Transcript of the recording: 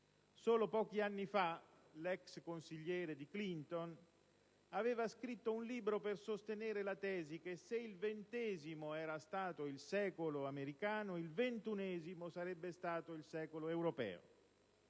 Solo pochi anni fa, l'ex consigliere di Clinton aveva scritto un libro per sostenere la tesi che se il XX era stato il secolo americano, il XXI sarebbe stato il secolo europeo.